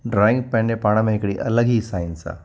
drawing पंहिंजे पाण में हिकिड़ी अलॻि ई साइंस आहे